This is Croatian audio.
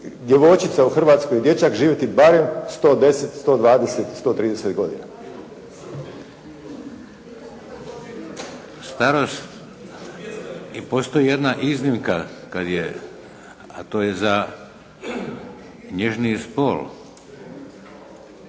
djevojčica u Hrvatskoj ili dječak, živjeti barem 110, 120 ili 130 godina. **Šeks, Vladimir (HDZ)** Starost i postoji jedna iznimka kad je, a to je za nježniji spol